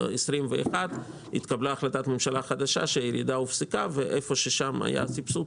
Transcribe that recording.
21' התקבלה החלטת ממשלה חדשה שהירידה הופסקה ואיפה שהיה הסבסוד,